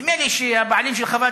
נדמה לי שקוראים לבעלים איציק.